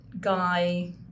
guy